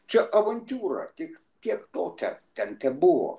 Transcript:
čia avantiūra tik kiek tokia ten tebuvo